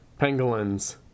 pangolins